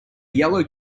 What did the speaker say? yellow